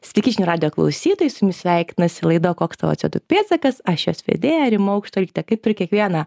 sveiki žinių radijo klausytojai su jumis sveikinasi laida koks tavo co du pėdsakas aš jos vedėja rima aukštuolytė kaip ir kiekvieną